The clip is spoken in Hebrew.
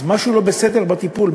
אז משהו לא בסדר בטיפול,